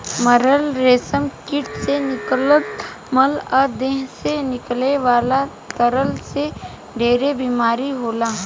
मरल रेशम कीट से निकलत मल आ देह से निकले वाला तरल से ढेरे बीमारी होला